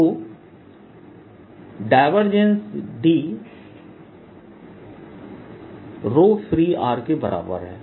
तो D freeके बराबर है